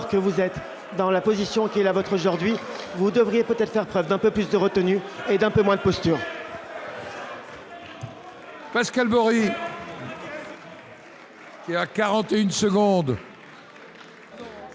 que vous êtes dans la position qui est la vôtre aujourd'hui vous devriez peut-être faire preuve d'un peu plus de retenue et d'un peu moins posture. Pascal. Et à 41 secondes.